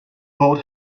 boat